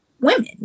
women